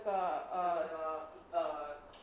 那个 err